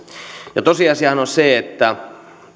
olisi tosiasiahan on se että